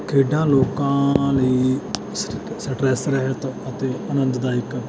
ਖੇਡਾਂ ਲੋਕਾਂ ਲਈ ਸ ਸਟ੍ਰੈੱਸ ਰਹਿਤ ਅਤੇ ਆਨੰਦਦਾਇਕ